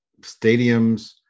stadiums